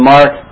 Mark